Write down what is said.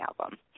album